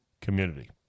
community